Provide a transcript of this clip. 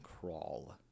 crawl